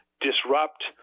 disrupt